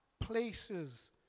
places